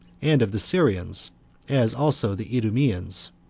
and of the syrians as also the idumeans,